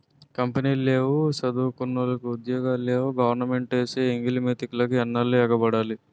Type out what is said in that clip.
కంపినీలు లేవు సదువుకున్నోలికి ఉద్యోగాలు లేవు గవరమెంటేసే ఎంగిలి మెతుకులికి ఎన్నాల్లు ఎగబడాల